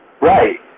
Right